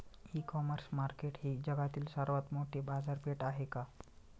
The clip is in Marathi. इ कॉमर्स मार्केट ही जगातील सर्वात मोठी बाजारपेठ आहे का?